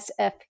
sf